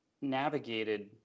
navigated